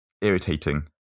irritating